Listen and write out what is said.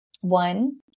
One